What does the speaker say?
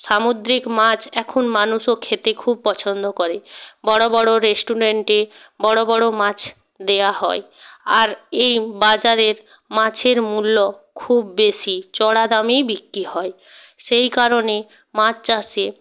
সামুদ্রিক মাছ এখন মানুষও খেতে খুব পছন্দ করে বড় বড় রেস্টুরেন্টে বড় বড় মাছ দেওয়া হয় আর এই বাজারের মাছের মূল্য খুব বেশি চড়া দামেই বিক্রি হয় সেই কারণে মাছ চাষে